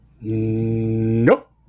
Nope